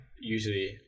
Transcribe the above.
usually